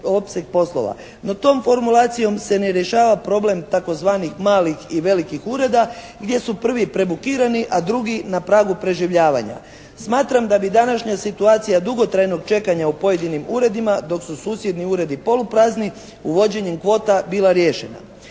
No tom formulacijom se ne rješava problem tzv. malih i velikih ureda gdje su prvi prebukirani, a drugi na pragu preživljavanja. Smatram da bi današnja situacija dugotrajnog čekanja u pojedinim uredima dok su susjedni uredi poluprazni uvođenjem kvota bila riješena.